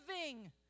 living